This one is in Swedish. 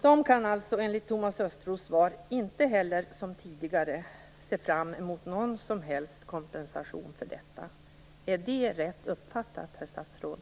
De kan alltså enligt Thomas Östros svar inte heller, som tidigare, se fram mot någon som helst kompensation för detta. Är det rätt uppfattat, herr statsråd?